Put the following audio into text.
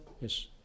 Yes